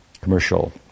commercial